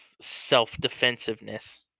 self-defensiveness